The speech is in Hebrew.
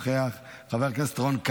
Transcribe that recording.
חבר הכנסת אלעזר שטרן,